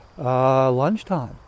Lunchtime